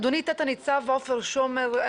אדוני תת הניצב עופר שומר,